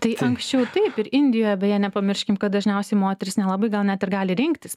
tai anksčiau taip ir indija beje nepamirškim kad dažniausiai moterys nelabai gal net gali rinktis